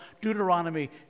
Deuteronomy